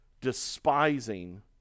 despising